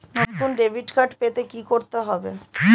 নতুন debit card পেতে কী করতে হবে?